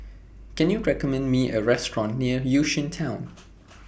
Can YOU recommend Me A Restaurant near Yishun Town